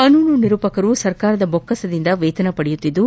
ಕಾನೂನು ನಿರೂಪಕರು ಸರ್ಕಾರದ ಬೊಕ್ಕಸದಿಂದ ವೇತನ ಪಡೆಯುತ್ತಿದ್ದು